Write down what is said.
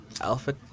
Alpha